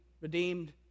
redeemed